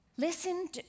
Listen